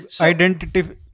identity